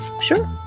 Sure